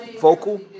vocal